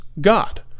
God